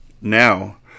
Now